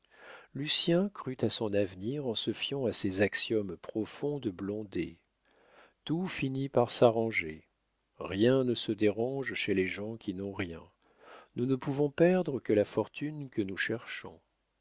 lucien crut à son avenir en se fiant à ces axiomes profonds de blondet tout finit par s'arranger rien ne se dérange chez les gens qui n'ont rien nous ne pouvons perdre que la fortune que nous cherchons